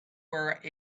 were